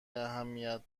اهمیت